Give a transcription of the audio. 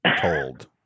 told